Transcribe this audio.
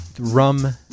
rum